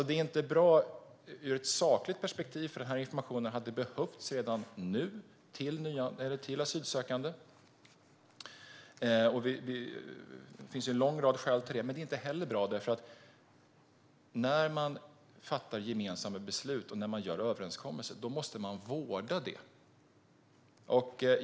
Det är inte bra ur ett sakligt perspektiv, för den här informationen hade behövts redan nu till asylsökande. Det finns en lång rad skäl till det. Det är inte heller bra eftersom man när man fattar gemensamma beslut och gör överenskommelser måste vårda det.